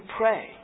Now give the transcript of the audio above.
pray